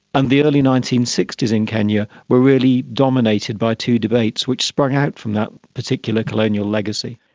and the early nineteen sixty s in kenya were really dominated by two debates which sprang out from that particular colonial legacy.